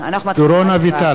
אנחנו מתחילים בהצבעה.